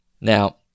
Now